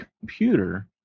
computer